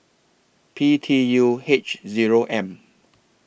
P T U H Zero M